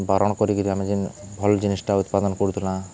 ବାରଣ କରିକିରି ଆମେ ଯେନ୍ ଭଲ୍ ଜିନିଷ୍ଟା ଉତ୍ପାଦନ କରୁଥିଲା